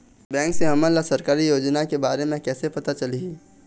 Bank से हमन ला सरकारी योजना के बारे मे कैसे पता चलही?